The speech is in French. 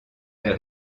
des